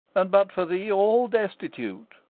and but for thee all destitute.